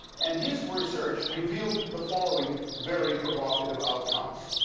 and his research revealed the following very provocative outcomes.